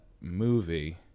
movie